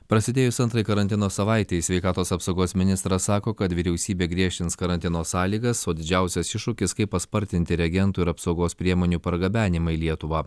prasidėjus antrai karantino savaitei sveikatos apsaugos ministras sako kad vyriausybė griežtins karantino sąlygas o didžiausias iššūkis kaip paspartinti reagentų ir apsaugos priemonių pargabenimą į lietuvą